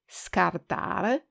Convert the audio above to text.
scartare